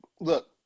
look